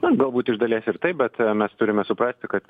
na galbūt iš dalies ir taip bet mes turime suprasti kad